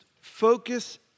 focus